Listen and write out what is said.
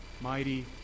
mighty